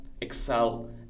excel